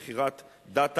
במכירת data לגלישה,